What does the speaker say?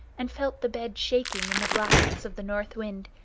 and felt the bed shaking in the blasts of the north wind,